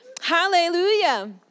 Hallelujah